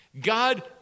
God